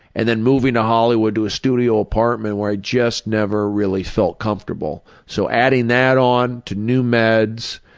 and then moving to hollywood to a studio apartment where i just never really felt comfortable. so adding that on to new meds,